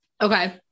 Okay